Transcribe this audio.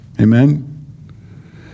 amen